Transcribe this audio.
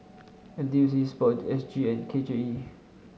NTUC sport S G and K J E